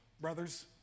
Brothers